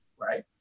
right